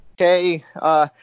okay –